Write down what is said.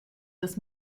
des